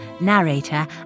narrator